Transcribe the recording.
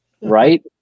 Right